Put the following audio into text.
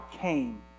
came